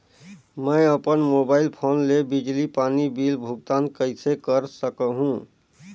मैं अपन mobile phone ले बिजली पानी बिल भुगतान कइसे कर सकहुं?